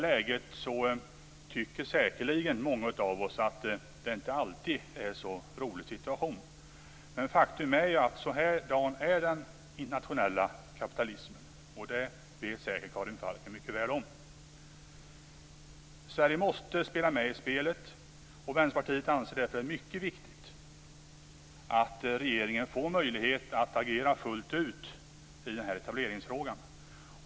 Säkerligen tycker många av oss att en sådan situation inte alltid är så rolig. Faktum är dock att den internationella kapitalismen ser ut så här, och det vet Karin Falkmer säkert mycket väl om. Sverige måste spela med i spelet, och Vänsterpartiet anser det mycket viktigt att regeringen får möjlighet att agera fullt ut i den här etableringsfrågan.